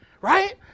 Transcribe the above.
right